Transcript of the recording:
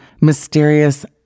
mysterious